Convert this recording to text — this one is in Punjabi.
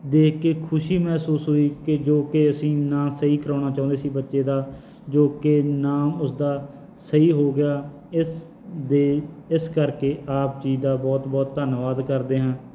ਦੇਖ ਕੇ ਖੁਸ਼ੀ ਮਹਿਸੂਸ ਹੋਈ ਕਿ ਜੋ ਕਿ ਅਸੀਂ ਨਾਂ ਸਹੀ ਕਰਵਾਉਣਾ ਚਾਹੁੰਦੇ ਸੀ ਬੱਚੇ ਦਾ ਜੋ ਕਿ ਨਾਮ ਉਸਦਾ ਸਹੀ ਹੋ ਗਿਆ ਇਸ ਦੇ ਇਸ ਕਰਕੇ ਆਪ ਜੀ ਦਾ ਬਹੁਤ ਬਹੁਤ ਧੰਨਵਾਦ ਕਰਦੇ ਹਾਂ